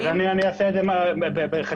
אז אני אעשה את בחצי דקה.